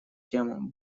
тему